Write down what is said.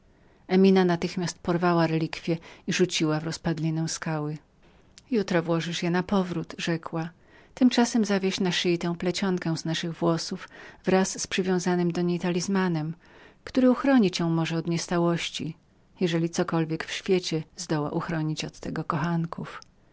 emina natychmiast porwała relikwije i rzuciła je w rozpadlinę skały jutro włożysz ją napowrót rzekła tymczasem zawieś na szyi tę plecionkę z naszych włosów wraz z przywiązanym do niej talizmanem który uchroni cię może od niestałości jeżeli w świecie zdoła uchronić od tego kochanków